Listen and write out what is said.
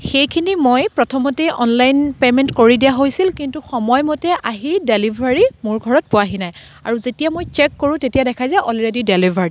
সেইখিনি মই প্ৰথমতে অনলাইন পে'মেণ্ট কৰি দিয়া হৈছিল কিন্তু সময়মতে আহি ডেলিভাৰী মোৰ ঘৰত পোৱাহি নাই আৰু যেতিয়া মই চেক কৰোঁ তেতিয়া দেখাই যে অলৰেডী ডেলিভাৰড